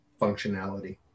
functionality